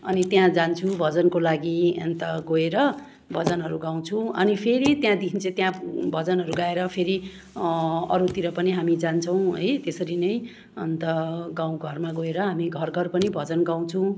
अनि त्यहाँ जान्छु भजनको लागि अन्त गएर भजनहरू गाउँछु अनि फेरी त्यहाँदेखिन् चाहिँ त्यहाँ भजनहरू गाएर फेरि अरूतिर पनि हामी जान्छौँ है त्यसरी नै है अन्त गाउँ घरमा गोएर हामी घर घर पनि भजन गाउछौँ